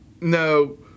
no